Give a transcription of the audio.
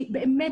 אנחנו